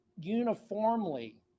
uniformly